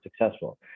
successful